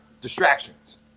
distractions